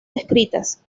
descritas